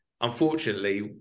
unfortunately